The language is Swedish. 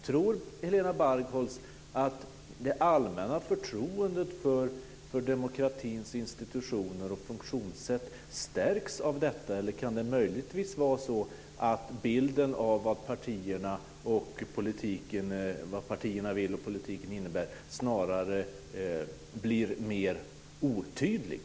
Tror Helena Bargholtz att det allmänna förtroendet för demokratins institutioner och funktionssätt stärks av detta eller kan det möjligtvis vara så att bilden av vad partierna vill och politiken innebär snarare blir mer otydlig?